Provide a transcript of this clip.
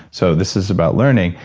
so this is about learning.